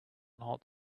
hot